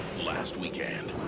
last weekend,